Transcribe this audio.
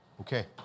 Okay